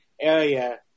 area